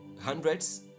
hundreds